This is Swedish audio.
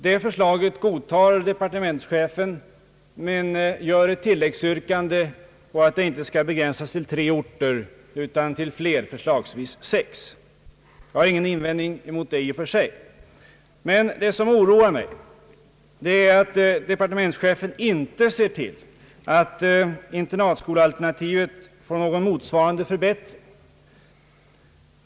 Det förslaget godtar departementschefen men gör ett tilläggsyrkande att byggandet inte skall begränsas till tre orter utan till flera, förslagsvis sex. Jag har ingen invändning mot detta i och för sig, men det som oroar mig är att departementschefen inte ser till att internatskolealternativet får någon motsvarande förbättring.